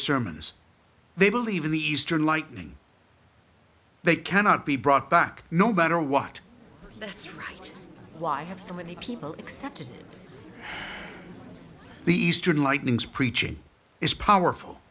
sermons they believe in the eastern lightning they cannot be brought back no matter what that's right why have so many people accepted the eastern lightnings preaching is powerful